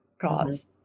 cause